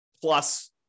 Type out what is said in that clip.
plus